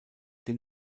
den